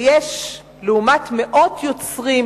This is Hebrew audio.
לעומת מאות יוצרים,